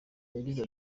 yagize